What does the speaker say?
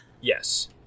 Yes